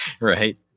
right